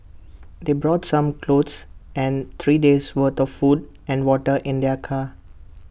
they brought some clothes and three days' worth of food and water in their car